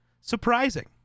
surprising